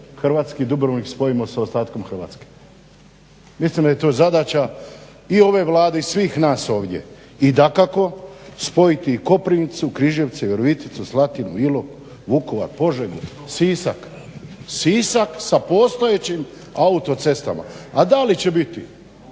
hrvatski Dubrovnik spojimo sa ostatkom Hrvatske. Mislim da je to zadaća i ove vlade i svih nas ovdje i dakako spojiti Koprivnicu, Križevce, Viroviticu, Slatinu, Ilok, Vukovar, Požegu, Sisak sa postojećim autocestama, a da li će biti